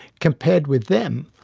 compared with them,